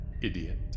idiot